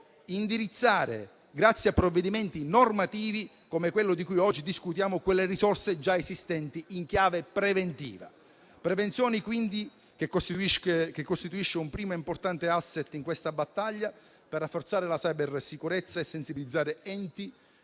indirizzare, grazie a provvedimenti normativi come quello di cui oggi discutiamo, quelle risorse già esistenti in chiave preventiva. La prevenzione, quindi, costituisce un primo e importante *asset* in questa battaglia, per rafforzare la cybersicurezza e sensibilizzare enti